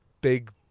big